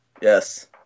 Yes